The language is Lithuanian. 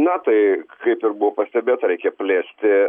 na tai kaip ir buvo pastebėta reikia plėsti